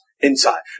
inside